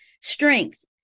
strength